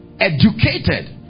educated